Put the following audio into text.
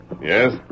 Yes